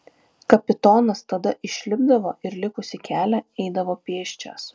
kapitonas tada išlipdavo ir likusį kelią eidavo pėsčias